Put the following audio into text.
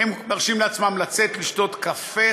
הם מרשים לעצמם לצאת לשתות קפה,